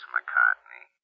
McCartney